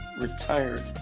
retired